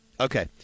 Okay